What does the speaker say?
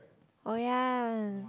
oh ya